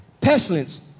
Pestilence